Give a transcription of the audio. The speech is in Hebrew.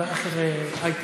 מותר להגיד